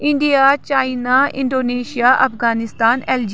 India China Indonesia Afghanistan LG